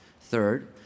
Third